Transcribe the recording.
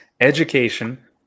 education